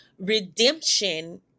redemption